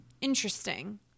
Interesting